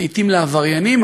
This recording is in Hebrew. לעתים לעבריינים,